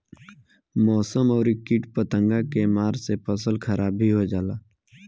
मौसम अउरी किट पतंगा के मार से फसल खराब भी हो जाला